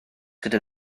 gyda